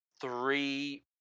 Three